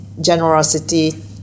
generosity